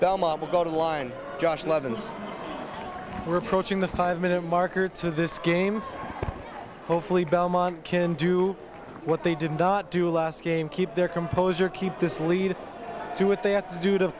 belmont will go to the line josh levin's reproaching the five minute marker to this game hopefully belmont can do what they did not do last game keep their composure keep this lead to what they have to do to